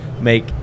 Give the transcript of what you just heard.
make